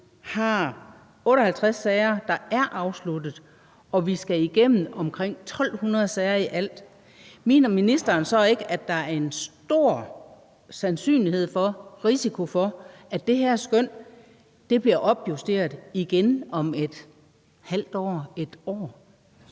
er 58 sager, der er afsluttet, og vi skal igennem omkring 1.200 sager i alt, mener ministeren så ikke, at der er en stor sandsynlighed for, en risiko for, at det her skøn bliver opjusteret igen om et halvt år, om et år,